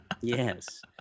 Yes